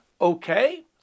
okay